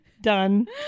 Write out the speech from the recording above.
done